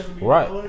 Right